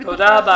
בבקשה.